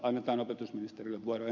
annetaan opetusministerille vuoroin